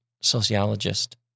sociologist